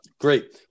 Great